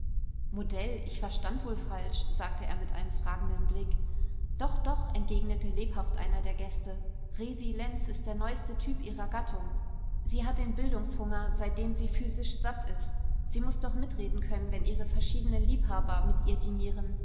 modell ich verstand wohl falsch sagte er mit einem fragenden blick doch doch entgegnete lebhaft einer der gäste resi lenz ist der neuste typ ihrer gattung sie hat den bildungshunger seitdem sie physisch satt ist sie muß doch mitreden können wenn ihre verschiedenen liebhaber mit ihr dinieren